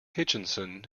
hutchinson